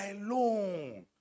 alone